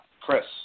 Chris